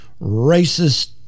racist